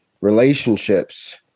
relationships